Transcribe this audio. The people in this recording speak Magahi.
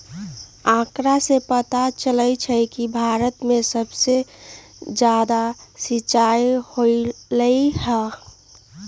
आंकड़ा से पता चलई छई कि भारत में सबसे जादा सिंचाई होलई ह